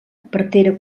partera